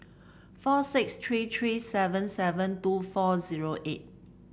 four six three three seven seven two four zero eight